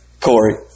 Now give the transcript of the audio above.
Corey